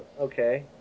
Okay